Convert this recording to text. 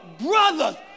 brother's